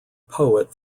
poet